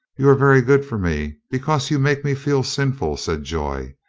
you are very good for me, because you make me feel sinful, said joy,